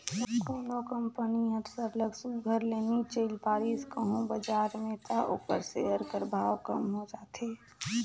कोनो कंपनी हर सरलग सुग्घर ले नी चइल पारिस कहों बजार में त ओकर सेयर कर भाव कम हो जाथे